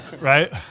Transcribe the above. Right